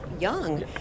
young